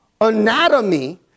anatomy